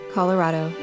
Colorado